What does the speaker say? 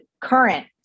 current